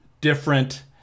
different